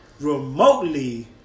remotely